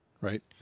Right